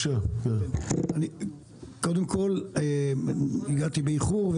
קודם כל הגעתי באיחור,